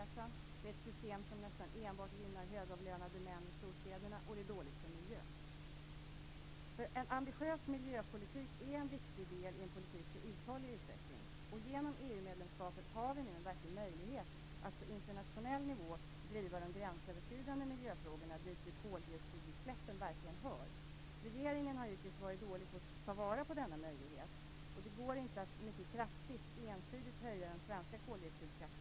Det är ett system som nästan enbart gynnar högavlönade män i storstäderna, och det är dåligt för miljön. En ambitiös miljöpolitik är en viktig del i en politik för uthållig utveckling. Genom EU-medlemskapet har vi nu en verklig möjlighet att på internationell nivå driva de gränsöverskridande miljöfrågorna, dit koldioxidutsläppen verkligen hör. Regeringen har hittills varit dålig på att ta vara på denna möjlighet. Det går inte att mycket kraftigt, ensidigt höja den svenska koldioxidskatten.